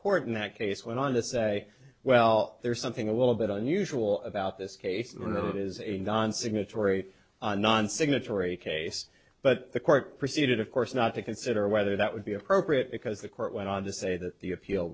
court in that case went on to say well there's something a little bit unusual about this case in the it is a non signatory non signatory case but the court proceeded of course not to consider whether that would be appropriate because the court went on to say that the appeal